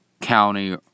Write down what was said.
county